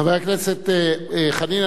חבר הכנסת חנין,